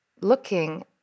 looking